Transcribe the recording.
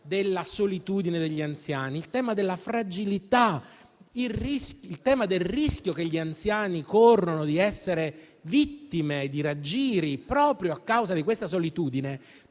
della loro solitudine, così come il tema della fragilità e del rischio che gli anziani corrono di essere vittime di raggiri proprio a causa di questa solitudine,